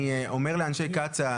אני אומר לאנשי קצא"א,